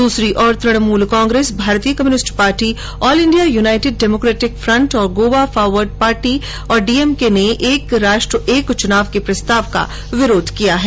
दूसरी ओर तृणमूल कांग्रेस भारतीय Communist Party All India United Democratic Front और गोवा फॉरवर्ड पार्टी और डीएमके ने एक राष्ट्र एक चुनाव के प्रस्ताव का विरोध किया है